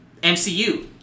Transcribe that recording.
MCU